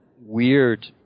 weird